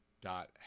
dot